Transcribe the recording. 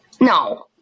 no